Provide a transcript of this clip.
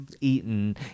eaten